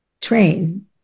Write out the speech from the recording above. train